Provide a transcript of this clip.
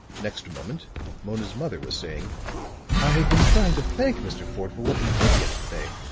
next moment mona's mother was saying i have been trying to thank mr. fort for what he did yesterday.